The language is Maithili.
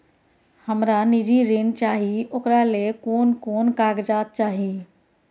हमरा निजी ऋण चाही ओकरा ले कोन कोन कागजात चाही?